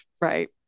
Right